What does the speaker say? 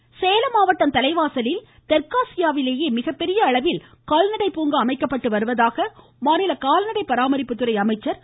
ராதாகிருஷ்ணன் சேலம் மாவட்டம் தலைவாசலில் தெற்காசியாவிலேயே மிகப்பெரிய அளவில் கால்நடை பூங்கா அமைக்கப்பட்டு வருவதாக மாநில கால்நடை பராமரிப்புத்துறை அமைச்சர் திரு